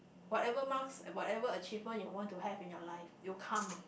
whatever marks and whatever achievement you want to have in your life will come